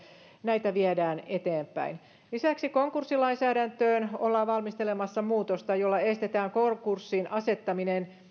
näitä viedään eteenpäin lisäksi konkurssilainsäädäntöön ollaan valmistelemassa muutosta jolla estetään konkurssiin asettaminen